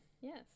Yes